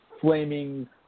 flaming